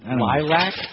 Lilac